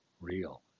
real